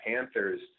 Panthers